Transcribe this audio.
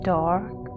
dark